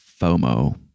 FOMO